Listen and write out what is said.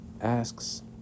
Asks